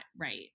right